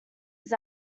his